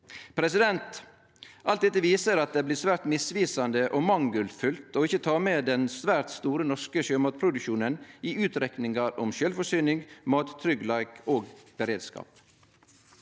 kvar dag. Alt dette viser at det blir svært misvisande og mangelfullt å ikkje ta med den svært store norske sjømatproduksjonen i utrekningar om sjølvforsyning, mattryggleik og beredskap.